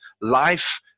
life